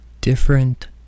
different